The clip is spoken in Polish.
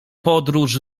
podróż